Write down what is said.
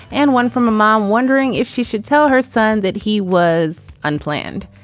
and one from a mom wondering if she should tell her son that he was unplanned.